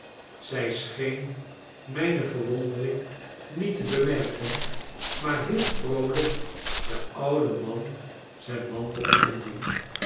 zij scheen mijne verwondering niet te bemerken maar hielp vroolijk den ouden man zijn mantel omdoen